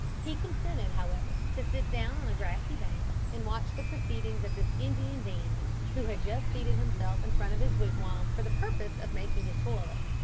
he consented, however, to sit down on a grassy bank and watch the proceedings of this indian dandy, who had just seated himself in front of his wigwam for the purpose of making his toilet.